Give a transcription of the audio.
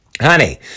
Honey